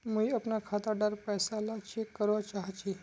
मुई अपना खाता डार पैसा ला चेक करवा चाहची?